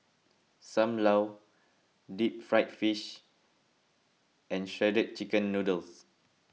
Sam Lau Deep Fried Fish and Shredded Chicken Noodles